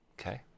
okay